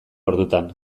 ordutan